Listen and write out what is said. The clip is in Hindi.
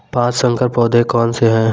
पाँच संकर पौधे कौन से हैं?